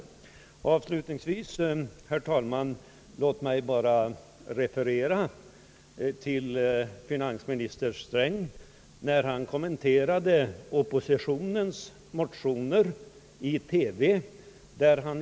Låt mig avslutningsvis, herr talman, bara referera till finansminister Strängs framträdande i TV när han kommenterade oppositionens motioner.